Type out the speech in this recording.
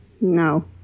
No